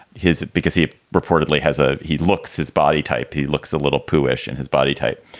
his. because he reportedly has a he looks his body type. he looks a little push and his body type.